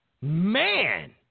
Man